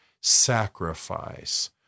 sacrifice